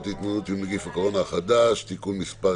להתמודדות עם נגיף הקורונה החדש (תיקון מס'